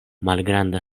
malgranda